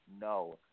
no